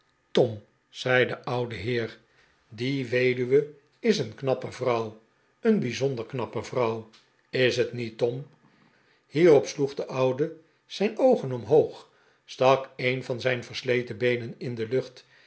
tom zei de oude heer die weduwe is een knappe vrouw een bijzonder knappe vrouw is t niet tom hierop sloeg de oude zijn oogen omhoog stak een van zijn versleten beenen in de lucht